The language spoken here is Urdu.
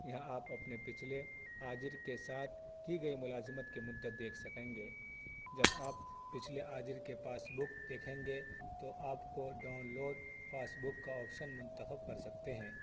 یہاں آپ اپنے پچھلے آجر کے ساتھ کی گئی ملازمت کے مدت دیکھ سکیں گے جب آپ پچھلے آجر کے پاس بک دیکھیں گے تو آپ کو ڈاؤن لوڈ پاس بک کا آپشن منتخب کر سکتے ہیں